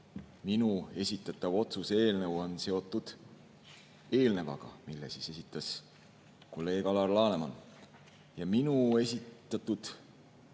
Minu esitatav otsuse eelnõu on seotud eelnevaga, mille esitas kolleeg Alar Laneman. Minu esitatav